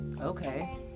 okay